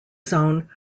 zone